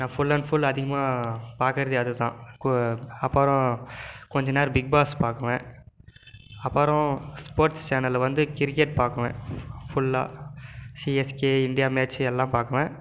நான் full and full அதிகமாக பார்க்குறதே அதுதான் கு அப்புறம் கொஞ்ச நேரம் பிக் பாஸ் பார்க்குவேன் அப்புறம் ஸ்போர்ட்ஸ் சேனலில் வந்து கிரிக்கெட் பார்க்குவேன் ஃபுல்லாக சிஎஸ்கே இந்தியா மேட்ச் எல்லாம் பார்க்குவேன்